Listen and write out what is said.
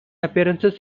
appearances